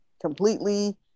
completely